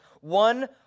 one